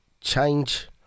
change